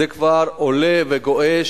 זה כבר עולה וגועש,